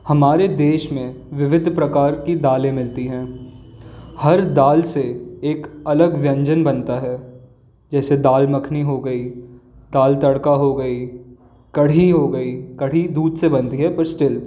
हमारे देश में विविध प्रकार की दालें मिलती हैं हर दाल से एक अलग व्यंजन बनता है जैसे दाल मखनी हो गई दाल तड़का हो गई कढ़ी हो गई कढ़ी दूध से बनती है पर स्टिल